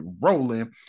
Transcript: rolling